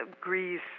Greece